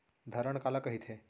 धरण काला कहिथे?